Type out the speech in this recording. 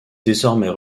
désormais